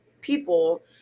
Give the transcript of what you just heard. people